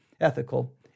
ethical